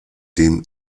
tim